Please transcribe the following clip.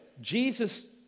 Jesus